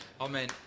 Amen